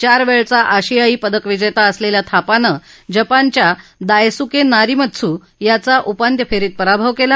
चार वेळेसचा आशियाई पदक विजेता असलेल्या थापानं जपानच्या दायसुके नारीमत्सु याचा उपांत्य फेरीत पराभव केला